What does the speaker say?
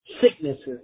sicknesses